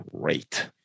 great